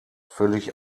völlig